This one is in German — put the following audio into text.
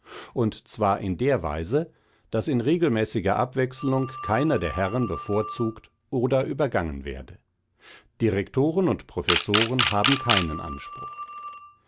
und zwar in der weise daß in regelmäßiger abwechselung keiner der herren bevorzugt oder übergangen werde direktoren und professoren haben keinen anspruch